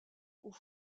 aux